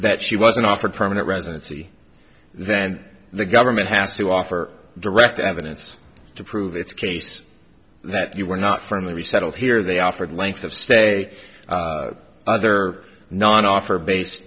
that she wasn't offered permanent residency then the government has to offer direct evidence to prove its case that you were not firmly resettled here they offered length of stay other non offer base